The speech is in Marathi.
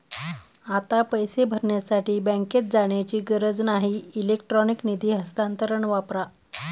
आता पैसे भरण्यासाठी बँकेत जाण्याची गरज नाही इलेक्ट्रॉनिक निधी हस्तांतरण वापरा